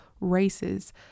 races